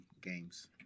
games